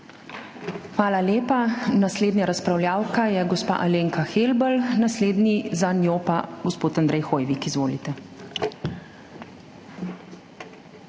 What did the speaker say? Hvala lepa. Naslednja razpravljavka je gospa Alenka Helbl, naslednji za njo pa gospod Andrej Hoivik. Izvolite.